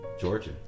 Georgia